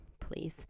please